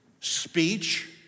speech